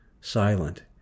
silent